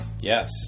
Yes